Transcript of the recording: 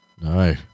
No